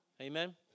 Amen